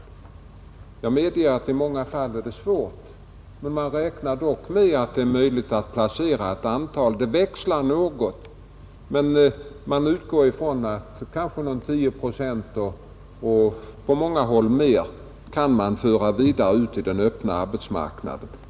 Jag medger att det i många fall är svårt, men man räknar dock med att det är möjligt att föra omkring 10 procent och på många håll fler — det växlar något — vidare ut i den öppna arbetsmarknaden.